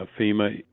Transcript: FEMA